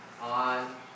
on